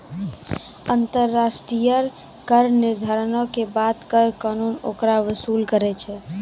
अन्तर्राष्ट्रिय कर निर्धारणो के बाद कर कानून ओकरा वसूल करै छै